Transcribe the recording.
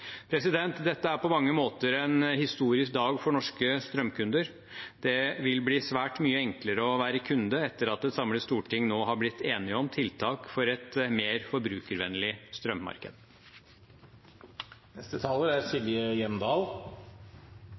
Dette er på mange måter en historisk dag for norske strømkunder. Det vil bli svært mye enklere å være kunde etter at et samlet storting nå har blitt enig om tiltak for et mer forbrukervennlig